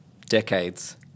decades